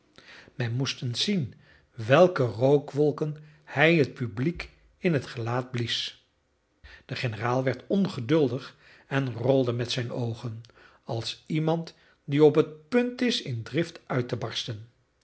men moest eens zien welke rookwolken hij het publiek in het gelaat blies de generaal werd ongeduldig en rolde met zijn oogen als iemand die op het punt is in drift uit te barsten